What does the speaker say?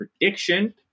prediction